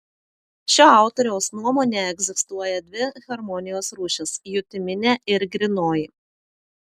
šio autoriaus nuomone egzistuoja dvi harmonijos rūšys jutiminė ir grynoji